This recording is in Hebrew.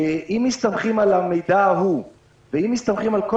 אם מסתמכים על המידע ואם מסתמכים על כל